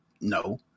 No